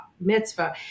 mitzvah